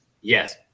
Yes